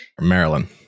Maryland